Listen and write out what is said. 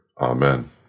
Amen